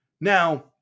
Now